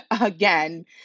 again